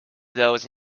those